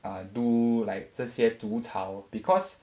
uh do like 这些煮炒 because